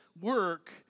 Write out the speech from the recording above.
work